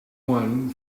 one